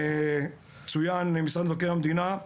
צוין למשרד מבקר המדינה,